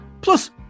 Plus